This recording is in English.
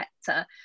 sector